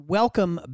welcome